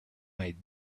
might